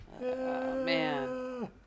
man